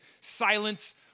silence